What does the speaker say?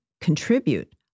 contribute